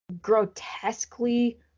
grotesquely